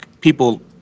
people